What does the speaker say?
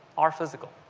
or physical.